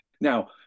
Now